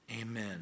Amen